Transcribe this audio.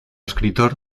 escritor